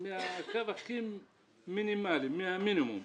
מהקו הכי מינימלי, מהמינימום,